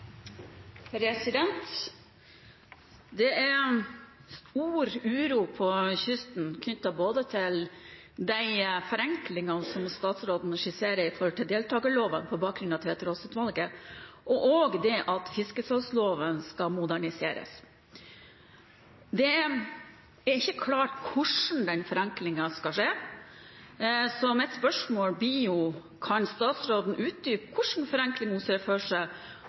oppfølgingsspørsmål. Det er stor uro på kysten, knyttet til både de forenklingene som statsråden skisserer når det gjelder deltakerloven, på bakgrunn av Tveterås-utvalgets rapport, og at fiskesalgsloven skal moderniseres. Det er ikke klart hvordan den forenklingen skal skje, så mitt spørsmål blir: Kan statsråden utdype hva slags forenkling hun ser for seg,